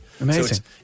amazing